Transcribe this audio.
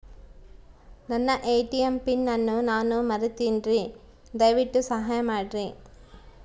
ನನ್ನ ATM PIN ಅನ್ನು ನಾನು ಮರಿತಿನ್ರಿ, ದಯವಿಟ್ಟು ಸಹಾಯ ಮಾಡ್ರಿ